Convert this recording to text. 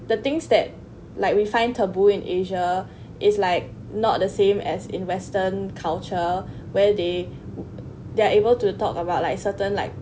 the things that like we find taboo in asia is like not the same as in western culture where they they're able to talk about like certain like